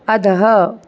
अधः